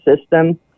system